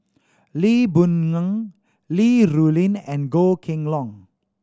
Lee Boon Ngan Li Rulin and Goh Kheng Long